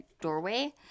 doorway